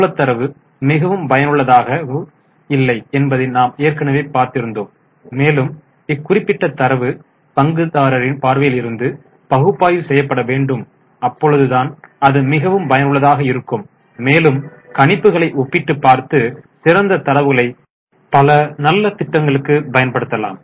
மூல தரவு மிகவும் பயனுள்ளதாக இல்லை என்பதை நாம் ஏற்கனவே பார்த்திருந்தோம் மேலும் இக்குறிப்பிட்ட தரவு பங்குதாரரின் பார்வையிலிருந்து பகுப்பாய்வு செய்யப்பட வேண்டும் அப்பொழுதுதான் அது மிகவும் பயனுள்ளதாக இருக்கும் மேலும் கணிப்புகளை ஒப்பிட்டுப் பார்த்து சிறந்த தரவுகளை பல நல்ல திட்டங்களுக்கு பயன்படுத்தலாம்